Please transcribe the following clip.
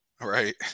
Right